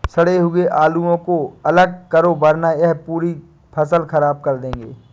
सड़े हुए आलुओं को अलग करो वरना यह पूरी फसल खराब कर देंगे